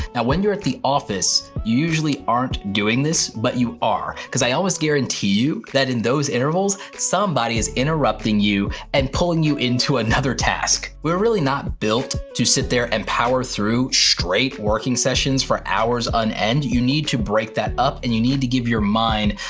when you're at the office, you usually aren't doing this, but you are. cause i always guarantee you that in those intervals, somebody is interrupting you and pulling you into another task. we're really not built to sit there and power through straight working sessions for hours on end, you need to break that up and you need to give your mind,